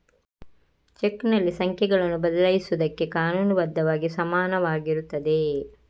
ಚೆಕ್ನಲ್ಲಿ ಸಂಖ್ಯೆಗಳನ್ನು ಬದಲಾಯಿಸುವುದಕ್ಕೆ ಕಾನೂನು ಬದ್ಧವಾಗಿ ಸಮಾನವಾಗಿರುತ್ತದೆ